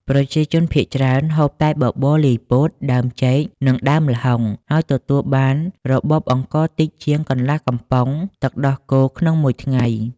ប្រជាជនភាគច្រើនហូប តែបបរលាយពោត ដើមចេក និងដើមល្ហុង ហើយទទួលបានរបប អង្ករតិចជាងកន្លះកំប៉ុងទឹកដោះគោក្នុងមួយថ្ងៃ។